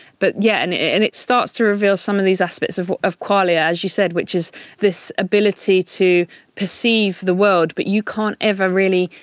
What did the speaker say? but yeah and and it starts to reveal some of these aspects of of qualia, as you said, which is this ability to perceive the world, but you can't ever really,